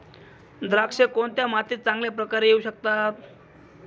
द्राक्षे कोणत्या मातीत चांगल्या प्रकारे येऊ शकतात?